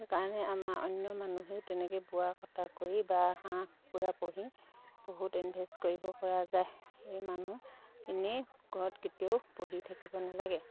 সেইকাৰণে আমাৰ অন্য মানুহেও তেনেকৈ বোৱা কটা কৰি বা হাঁহ কুকুৰা পুহি বহুত ইনভেষ্ট কৰিব পৰা যায় সেই মানুহ এনেই ঘৰত কেতিয়াও বহি থাকিব নালাগে